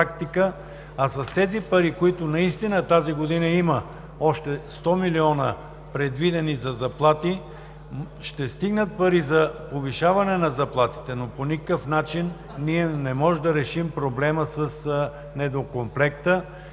С парите, които има тази година – още 100 милиона, предвидени за заплати, ще стигнат парите за повишаване на заплатите, но по никакъв начин не можем да решим проблема с недокомплекта.